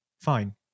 Fine